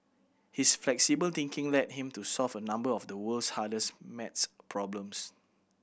his flexible thinking led him to solve a number of the world's hardest maths problems